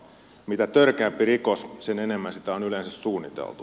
mitä törkeämpi rikos sen enemmän sitä on yleensä suunniteltu